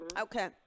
Okay